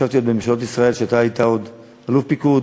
ישבתי בממשלות ישראל כשאתה עוד היית אלוף פיקוד,